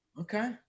Okay